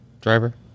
driver